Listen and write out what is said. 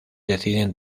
deciden